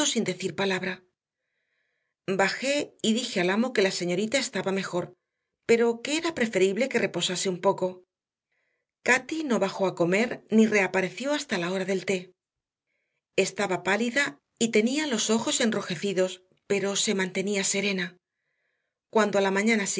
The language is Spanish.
sin decir palabra bajé y dije al amo que la señorita estaba mejor pero que era preferible que reposase un poco cati no bajó a comer ni reapareció hasta la hora del té estaba pálida y tenía los ojos enrojecidos pero se mantenía serena cuando a la mañana